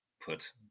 Put